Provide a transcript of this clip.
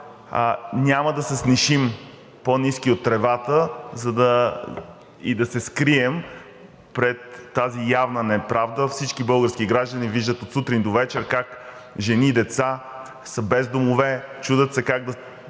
няма да се снишим по-ниски от тревата и да се скрием пред тази явна неправда – всички български граждани виждат от сутрин до вечер как жени и деца са без домове, чудят се как да